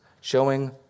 showing